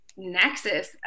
nexus